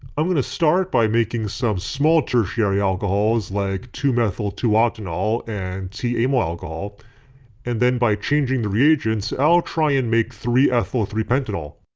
i'm going to start by making some small tertiary alcohols like two methyl two octanol and t-amyl alcohol and then by changing the reagents i'll try and make three ethyl three pentanol.